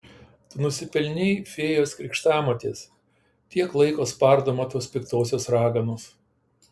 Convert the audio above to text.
tu nusipelnei fėjos krikštamotės tiek laiko spardoma tos piktosios raganos